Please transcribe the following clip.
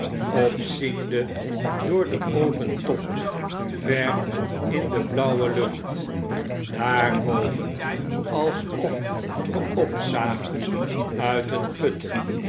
opziende door de open top ver in de blauwe lucht daarboven alsof ge opzaagt uit een put